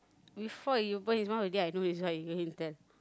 before he open his mouth already I know this is what he going to tell